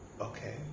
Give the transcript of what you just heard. okay